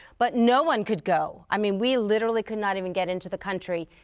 but no one could go. i mean, we literally could not even get into the country.